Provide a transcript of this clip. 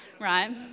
right